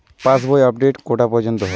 পাশ বই আপডেট কটা পর্যন্ত হয়?